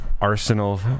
Arsenal